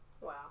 Wow